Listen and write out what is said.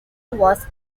was